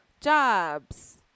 jobs